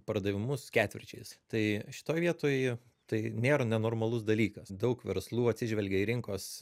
pardavimus ketvirčiais tai šitoj vietoj tai nėra nenormalus dalykas daug verslų atsižvelgia į rinkos